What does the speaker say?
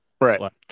Right